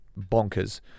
bonkers